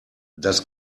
das